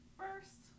first